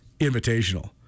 Invitational